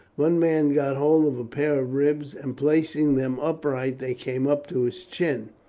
one man got hold of a pair of ribs, and placing them upright they came up to his chin.